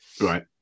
right